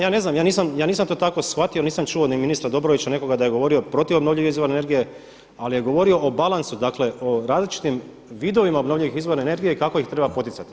Ja nisam to tako shvatio, nisam čuo ni ministra Dobrovića i nekoga da je govorio protiv obnovljivih izvora energije ali je govorio o balansu, dakle o različitim vidovima obnovljivih izvora energije i kako ih treba poticati.